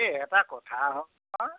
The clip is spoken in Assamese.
এই এটা কথা হ নহয়